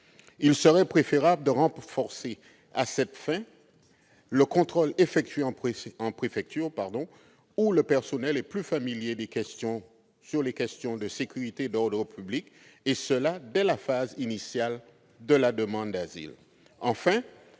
Il serait préférable de renforcer à cette fin le contrôle effectué en préfecture, où le personnel est plus familier des questions de sécurité et d'ordre public, et ce dès la phase initiale de la demande d'asile.